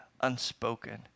unspoken